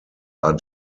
are